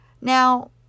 Now